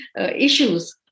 issues